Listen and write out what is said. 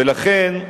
ולכן,